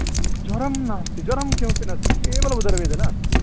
ज्वरः नास्ति ज्वरः किमपि नास्ति केवल उदरवेदना अस्ति